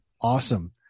Awesome